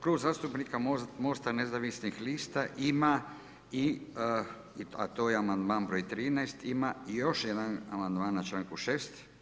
Klub zastupnika MOST-a nezavisnih lista ima i a to je amandman broj 13, ima i još jedan amandman na članku 6.